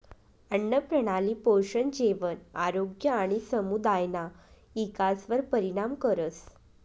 आन्नप्रणाली पोषण, जेवण, आरोग्य आणि समुदायना इकासवर परिणाम करस